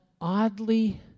oddly